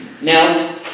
Now